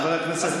חבר הכנסת,